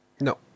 No